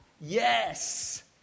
Yes